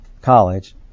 college